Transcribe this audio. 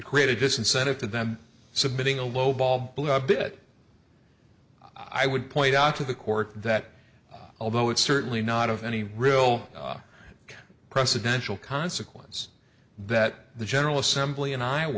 create a disincentive to them submitting a lowball bit i would point out to the court that although it's certainly not of any real presidential consequence that the general assembly and i